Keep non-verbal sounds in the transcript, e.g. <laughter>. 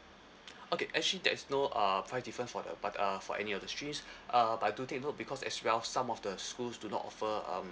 <noise> okay actually there is no uh price different for the but uh for any of the streams uh but I do take note because as well some of the schools do not offer um